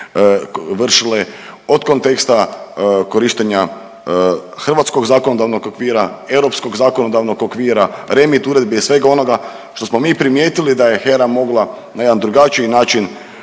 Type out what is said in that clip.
od konteksta korištenja hrvatskog zakonodavnog okvira, europskog zakonodavnog okvira, REMIT uredbi i svega onoga što mi primijetili da je HERA mogla na jedan drugačiji način